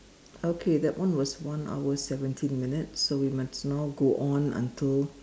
okay that one was one hour seventeen minutes so we must now go on until